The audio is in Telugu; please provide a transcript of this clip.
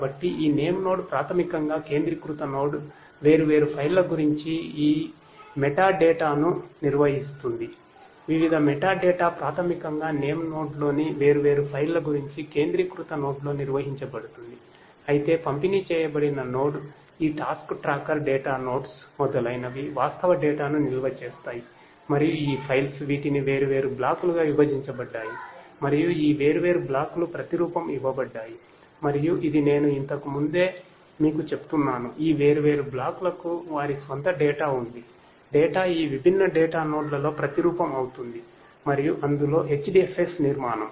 కాబట్టి ఈ నేమ్నోడ్ ప్రాథమికంగా కేంద్రీకృత నోడ్ వేర్వేరు ఫైళ్ళ గురించి ఈ మెటా డేటా నోడ్లలో ప్రతిరూపం అవుతుంది మరియు అందులో HDFS నిర్మాణం